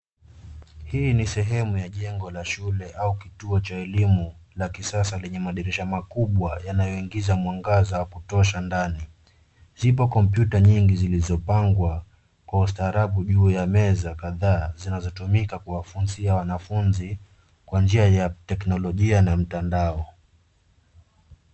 Hii ni sehemu ya jengo la shule au kituo cha elimu la kisasa lenye madirisha makubwa yanayoingiza mwangaza wa kutosha ndani. Zipo kompyuta nyingi zilizopangwa kwa ustaarabu juu ya meza kadhaa zinahitajika kuwafunzia wanafunzi kwa njia ya teknolojia na mtandao.